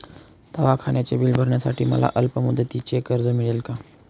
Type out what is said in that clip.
दवाखान्याचे बिल भरण्यासाठी मला अल्पमुदतीचे कर्ज मिळेल का?